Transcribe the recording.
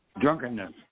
drunkenness